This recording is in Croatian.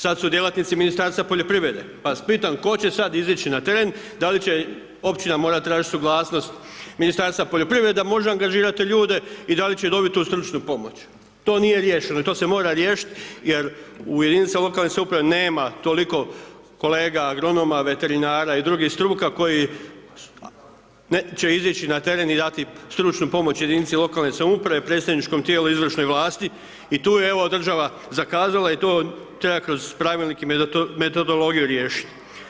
Sad su djelatnici Ministarstva poljoprivrede, pa vas sad pitam, tko će sad izići na teren, da li će općina morati tražiti suglasnost Ministarstva poljoprivrede da može angažirati ljude i da li će dobiti tu stručnu pomoć, to nije riješeno i to se mora riješiti jer u jedinicama lokalne samouprave nema toliko kolega agronoma, veterinara i drugih struka koji neće izaći na teren i dati stručnu pomoć jedinici lokalne samouprave, predstavničkom tijelu i izvršnoj vlasti i to, evo, država zakazala i to treba kroz Pravilnik i metodologiju riješit.